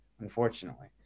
unfortunately